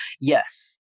yes